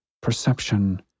perception